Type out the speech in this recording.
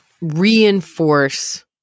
reinforce